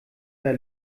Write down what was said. der